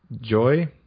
joy